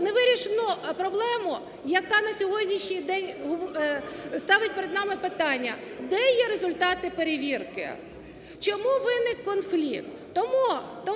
не вирішено проблему, яка на сьогоднішній день ставить перед нами питання: де є результати перевірки, чому виник конфлікт?